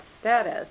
status